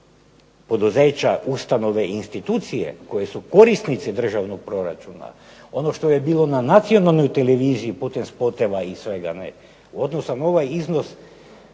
poduzeća, ustanove i institucije koji su korisnice državnog proračuna, ono što je bilo na nacionalnoj televiziji putem spotova ili svega ne u odnosu na ovaj iznos,